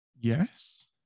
Yes